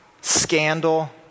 Scandal